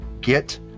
Get